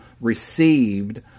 received